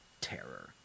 terror